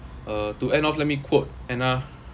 uh to end off let me quote anna